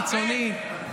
קיצוני.